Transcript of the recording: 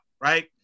right